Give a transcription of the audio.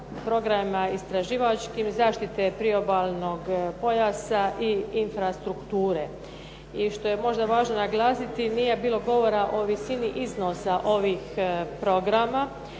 programima istraživačkim, zaštite priobalnog pojasa i infrastrukture. I što je možda važno naglasiti nije bilo govora o visini iznosa ovih programa,